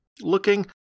looking